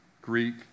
Greek